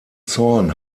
zorn